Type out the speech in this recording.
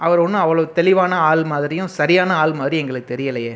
அவர் ஒன்றும் அவ்வளவு தெளிவான ஆள் மாதிரியும் சரியான ஆள்மாதிரி எங்களுக்கு தெரியலையே